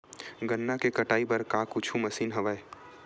गन्ना के कटाई बर का कुछु मशीन हवय?